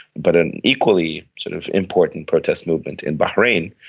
but an equally sort of important protest movement in bahrain,